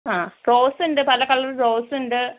ആഹ് റോസുണ്ട് പല കളർ റോസുണ്ട്